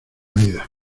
vida